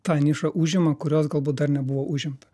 tą nišą užima kurios galbūt dar nebuvo užimta